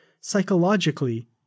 Psychologically